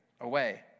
away